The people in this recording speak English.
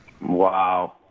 Wow